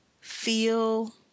feel